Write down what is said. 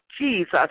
Jesus